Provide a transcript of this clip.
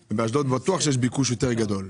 בטוח שבאשדוד יש ביקוש יותר גדול.